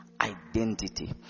identity